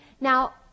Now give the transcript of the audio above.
Now